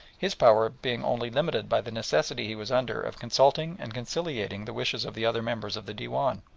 his power being only limited by the necessity he was under of consulting and conciliating the wishes of the other members of the dewan.